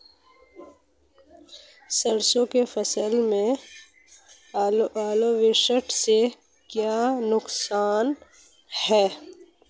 सरसों की फसल में ओलावृष्टि से क्या नुकसान है?